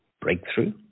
Breakthrough